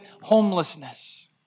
homelessness